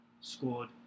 scored